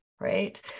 right